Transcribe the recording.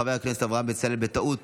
חבר הכנסת אברהם בצלאל בטעות